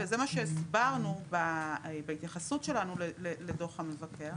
הסברנו את זה בהתייחסות שלנו לדוח המבקר.